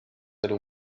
elu